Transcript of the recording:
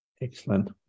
Excellent